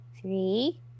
three